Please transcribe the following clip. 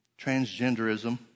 transgenderism